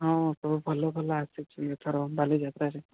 ହଁ ସବୁ ଭଲ ଭଲ ଆସୁଛି ଏଥର ବାଲିଯାତ୍ରାରେ